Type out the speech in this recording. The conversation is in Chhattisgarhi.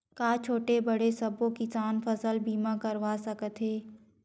का छोटे बड़े सबो किसान फसल बीमा करवा सकथे?